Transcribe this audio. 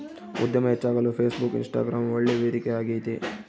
ಉದ್ಯಮ ಹೆಚ್ಚಾಗಲು Facebook, Instagram ಒಳ್ಳೆ ವೇದಿಕೆ ಆಗೈತೆ